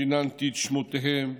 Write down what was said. שיננתי את שמותיהם,